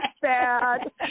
sad